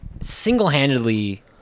single-handedly